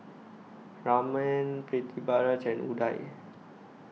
Raman Pritiviraj and Udai